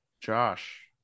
Josh